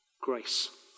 grace